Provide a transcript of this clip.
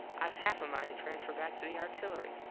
ive half a mind to transfer back to the artillery.